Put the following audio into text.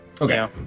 Okay